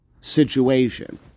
situation